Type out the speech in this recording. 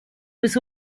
was